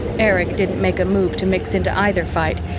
erich didn't make a move to mix into either fight,